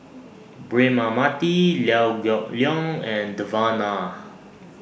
Braema Mathi Liew Geok Leong and Devan Nair